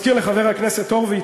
אני מזכיר לחבר הכנסת הורוביץ,